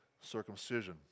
circumcision